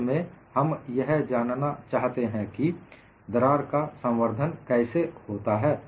अंत में हम यह जानना चाहते हैं कि दरार का संवर्धन कैसे होता है